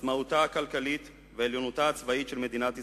עצמאותה הכלכלית ועליונותה הצבאית של מדינת ישראל,